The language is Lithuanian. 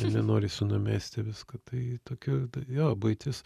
nenorisi numesti viską tai tokiu jo buitis